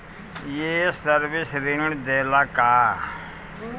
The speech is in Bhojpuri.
ये सर्विस ऋण देला का?